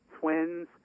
Twins